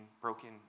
broken